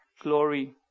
glory